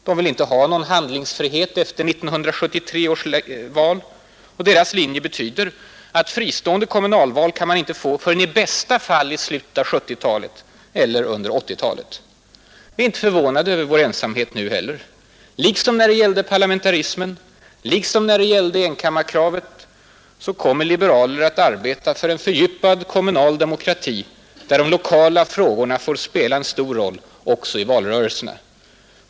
De vill inte ha någon handlingsfrihet efter 1973 års val. Deras linje betyder att fristående kommunalval kan man inte få förrän i bästa fall i slutet av 1970-talet eller under 1980-talet. Vi är inte förvånade över vår ensamhet nu heller. Liksom när det gällde parlamentarismen, liksom när det gällde enkammarkravet kommer liberaler att arbeta för en fördjupad kommuna demokrati, där de lokala frågorna får spela en stor roll också i valrörelsen.